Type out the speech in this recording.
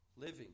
Living